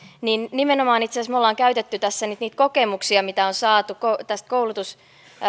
nimenomaan itse asiassa me olemme käyttäneet tässä nyt niitä kokemuksia mitä on saatu tästä